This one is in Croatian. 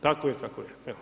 Tako je kako je.